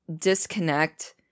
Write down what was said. disconnect